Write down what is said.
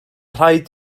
rhaid